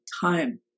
time